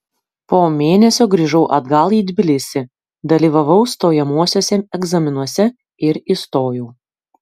po mėnesio grįžau atgal į tbilisį dalyvavau stojamuosiuose egzaminuose ir įstojau